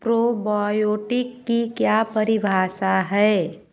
probiotic की क्या परिभाषा है